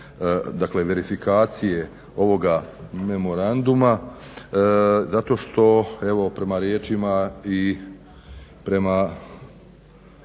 dakle verifikacije ovog memoranduma zato što prema riječima i prema